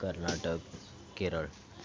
Karnataka Kerala